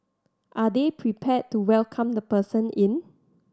are they prepared to welcome the person in